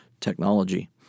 technology